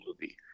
movie